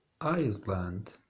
Iceland